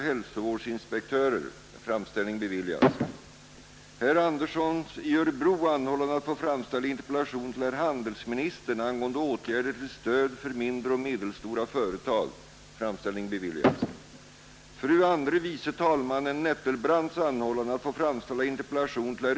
Artiklar påstår bl.a. att man håller fostren vid liv genom att låta blod cirkulera och undersöker hur de t.ex. påverkas av hormoner.